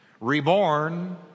reborn